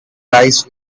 lies